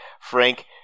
Frank